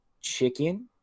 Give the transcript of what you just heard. chicken